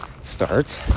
starts